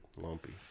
lumpy